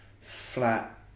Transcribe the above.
flat